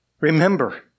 Remember